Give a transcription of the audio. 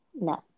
no